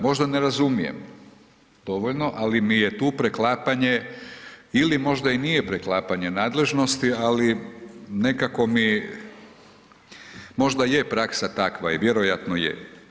Možda ne razumijem dovoljno, ali mi je tu preklapanje ili možda i nije preklapanje nadležnosti, ali nekako mi možda je praksa takva i vjerojatno je.